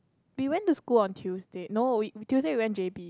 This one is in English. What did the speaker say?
we went to school on Tuesday no Tuesday we went J_B